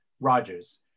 Rogers